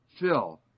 Phil